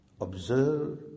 Observe